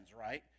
right